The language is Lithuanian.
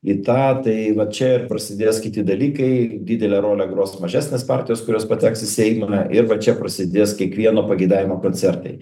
į tą tai va čia ir prasidės kiti dalykai didelę rolę gros mažesnės partijos kurios pateks į seimą ir va čia prasidės kiekvieno pageidavimo koncertai